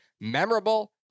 memorable